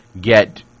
get